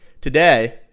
Today